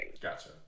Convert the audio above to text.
Gotcha